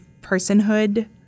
personhood